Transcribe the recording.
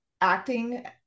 acting